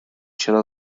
چرا